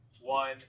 one